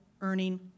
earning